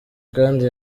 kandi